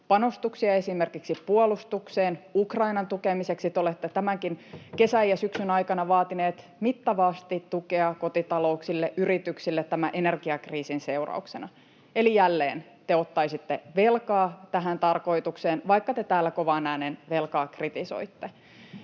panostuksia esimerkiksi puolustukseen, Ukrainan tukemiseksi. Te olette tämänkin kesän ja syksyn aikana vaatineet mittavasti tukea kotitalouksille, yrityksille tämän energiakriisin seurauksena. Eli jälleen te ottaisitte velkaa tähän tarkoitukseen, vaikka te täällä kovaan ääneen velkaa kritisoitte.